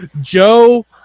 Joe